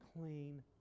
clean